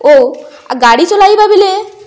ଓ ଗାଡ଼ି ଚଲାଇବା ବେଲେ